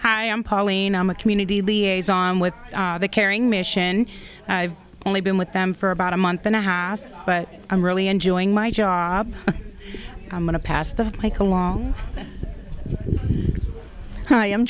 hi i'm pauline i'm a community liaison with the caring mission i've only been with them for about a month and a half but i'm really enjoying my job i'm going to pass the mike along i